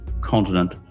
continent